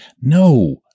No